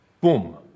boom